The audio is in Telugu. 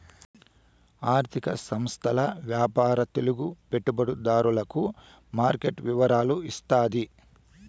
ఆర్థిక సంస్థల వ్యాపార తెలుగు పెట్టుబడిదారులకు మార్కెట్ వివరాలు ఇత్తాది